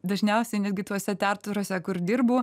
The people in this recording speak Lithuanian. dažniausiai netgi tuose teatruose kur dirbu